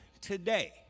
today